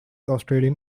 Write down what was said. australian